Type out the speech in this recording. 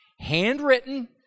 handwritten